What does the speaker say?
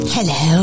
Hello